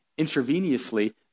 intravenously